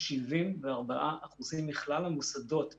74% מכלל המוסדות הגריאטריים,